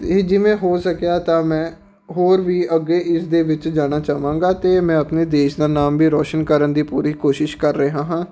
ਅਤੇ ਜਿਵੇਂ ਹੋ ਸਕਿਆ ਤਾਂ ਮੈਂ ਹੋਰ ਵੀ ਅੱਗੇ ਇਸ ਦੇ ਵਿੱਚ ਜਾਣਾ ਚਾਵਾਂਗਾ ਅਤੇ ਮੈਂ ਆਪਣੇ ਦੇਸ਼ ਦਾ ਨਾਮ ਵੀ ਰੋਸ਼ਨ ਕਰਨ ਦੀ ਪੂਰੀ ਕੋਸ਼ਿਸ਼ ਕਰ ਰਿਹਾ ਹਾਂ